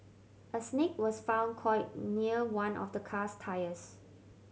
a snake was found coiled near one of the car's tyres